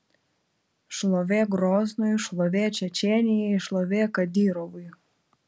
šlovė groznui šlovė čečėnijai šlovė kadyrovui